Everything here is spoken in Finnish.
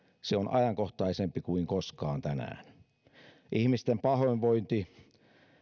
se on tänään ajankohtaisempi kuin koskaan ihmisten pahoinvointi